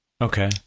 Okay